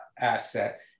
asset